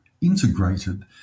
integrated